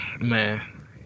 man